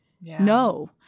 no